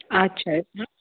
अच्छा